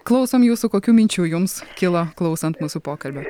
klausom jūsų kokių minčių jums kilo klausant mūsų pokalbio